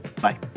bye